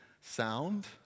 sound